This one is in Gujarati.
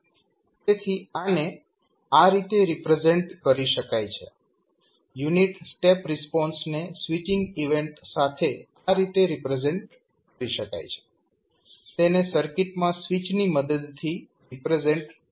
તેથી આને આ રીતે રિપ્રેઝેન્ટ કરી શકાય છે યુનિટ સ્ટેપ રિસ્પોન્સ ને સ્વીચિંગ ઇવેન્ટ સાથે આ રીતે રિપ્રેઝેન્ટ કરી શકાય છે તેને સર્કિટમાં સ્વીચની મદદથી રિપ્રેઝેન્ટ કરી શકાય છે